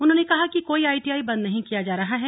उन्होंने कहा कि कोई आईटीआई बंद नहीं किया जा रहा है